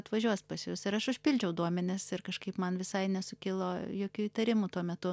atvažiuos pas jus ir aš užpildžiau duomenis ir kažkaip man visai nesukilo jokių įtarimų tuo metu